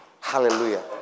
Hallelujah